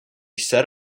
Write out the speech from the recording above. set